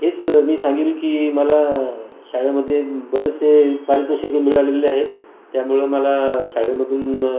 हेच मी सांगील की मला शाळेमध्ये बरेचसे पारितोषिकं मिळालेले आहेत त्यामुळं मला शाळेमधून